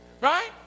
right